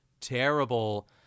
terrible